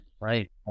Right